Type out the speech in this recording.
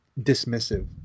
dismissive